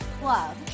club